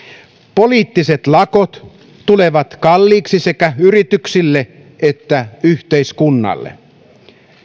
poliittiset lakot tulevat kalliiksi sekä yrityksille että yhteiskunnalle